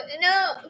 no